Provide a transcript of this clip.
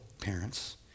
parents